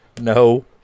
No